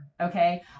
Okay